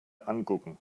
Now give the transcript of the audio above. angucken